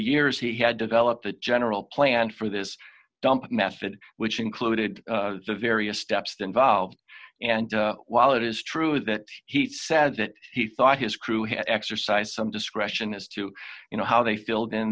years he had developed a general plan for this dump method which included the various steps involved and while it is true that he said that he thought his crew had exercise some discretion as to you know how they filled in